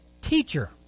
Teacher